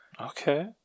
Okay